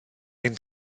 ein